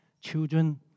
children